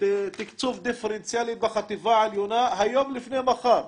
תקצוב דיפרנציאלי בחטיבה העליונה, היום לפני מחר.